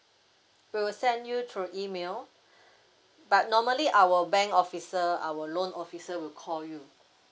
we will send you through email but normally our bank officer our loan officer will call you